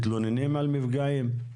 מתלוננים על מפגעים?